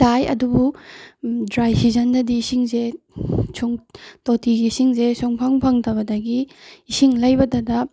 ꯇꯥꯏ ꯑꯗꯨꯕꯨ ꯗ꯭ꯔꯥꯏ ꯁꯤꯖꯟꯗꯗꯤ ꯏꯁꯤꯡꯁꯦ ꯁꯨꯡ ꯇꯣꯇꯤꯒꯤ ꯏꯁꯤꯡꯁꯦ ꯁꯨꯡꯐꯪ ꯐꯪꯗꯕꯗꯒꯤ ꯏꯁꯤꯡ ꯂꯩꯕꯇꯗ